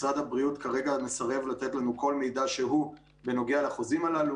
משרד הבריאות כרגע מסרב לתת לנו כל מידע שהוא בנוגע לחוזים הללו.